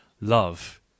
Love